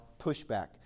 pushback